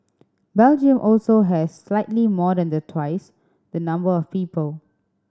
Belgium also has slightly more than the twice the number of people